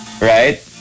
right